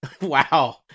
Wow